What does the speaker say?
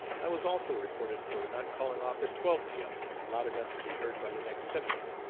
i was also reported for not calling off at twelve p m. loud enough to be heard by the next sentinel.